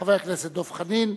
חבר הכנסת דב חנין,